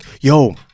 yo